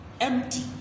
empty